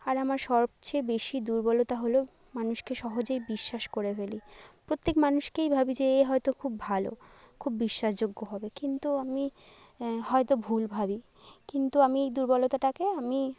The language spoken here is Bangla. আর আমার সবচেয়ে বেশি দুর্বলতা হল মানুষকে সহজেই বিশ্বাস করে ফেলি প্রত্যেক মানুষকেই ভাবি যে এ হয়তো খুব ভালো খুব বিশ্বাসযোগ্য হবে কিন্তু আমি হয়তো ভুল ভাবি কিন্তু আমি এই দুর্বলতাটাকে আমি